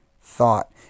thought